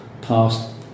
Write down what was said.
past